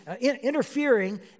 interfering